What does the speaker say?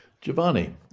Giovanni